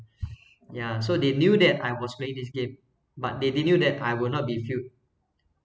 ya so they knew that I was playing this game but they did knew that I will not be field